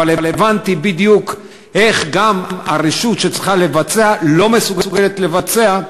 אבל הבנתי בדיוק איך גם הרשות שצריכה לבצע לא מסוגלת לבצע.